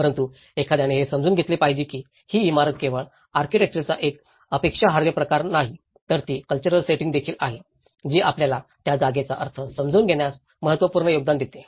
परंतु एखाद्याने हे समजून घेतले पाहिजे की ही इमारत केवळ आर्किटेक्चरचा एक आक्षेपार्ह प्रकार नाही तर ती कल्चरल सेटिंग देखील आहे जी आपल्याला त्या जागेचा अर्थ समजून घेण्यात महत्त्वपूर्ण योगदान देते